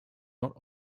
not